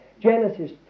Genesis